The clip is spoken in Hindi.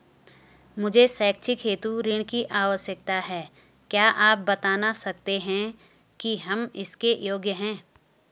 मुझे शैक्षिक हेतु ऋण की आवश्यकता है क्या आप बताना सकते हैं कि हम इसके योग्य हैं?